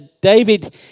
David